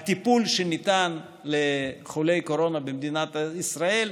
הטיפול שניתן לחולי קורונה במדינת ישראל,